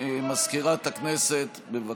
מזכירת הכנסת, בבקשה.